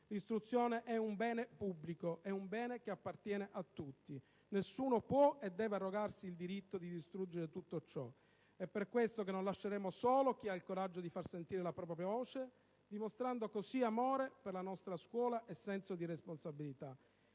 L'istruzione è un bene pubblico, è un bene che appartiene a tutti. Nessuno può e deve arrogarsi il diritto di distruggere tutto ciò. È per questo che non lasceremo solo chi ha il coraggio di far sentire la propria voce, dimostrando così amore per la nostra scuola e senso di responsabilità;